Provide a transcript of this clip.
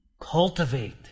cultivate